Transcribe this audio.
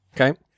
Okay